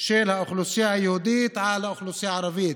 של האוכלוסייה היהודית על האוכלוסייה הערבית,